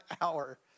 hour